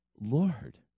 Lord